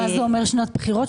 מה זה אומר שנת בחירות,